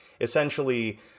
essentially